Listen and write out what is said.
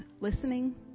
listening